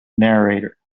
narrator